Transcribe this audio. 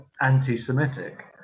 anti-Semitic